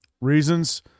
reasons